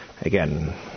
Again